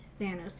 Thanos